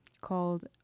called